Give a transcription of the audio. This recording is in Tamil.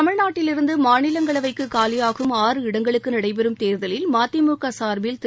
தமிழ்நாட்டிலிருந்து மாநிலங்களவைக்கு காலியாகும் ஆறு இடங்களுக்கு நடைபெறும் தேர்தலில் மதிமுக சார்பில் திரு